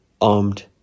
armed